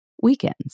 weekends